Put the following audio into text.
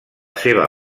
seva